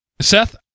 Seth